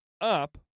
up